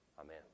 Amen